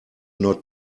not